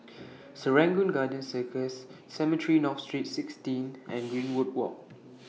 Serangoon Garden Circus Cemetry North Street sixteen and Greenwood Walk